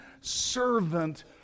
servant